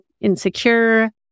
insecure